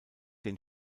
den